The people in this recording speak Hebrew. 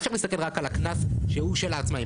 אי-אפשר להסתכל רק על הקנס שהוא של העצמאיים.